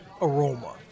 aroma